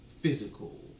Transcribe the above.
physical